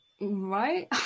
Right